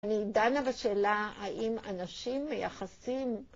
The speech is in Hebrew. אני דנה בשאלה האם אנשים מייחסים...